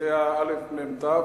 שאותיותיה אמ"ת,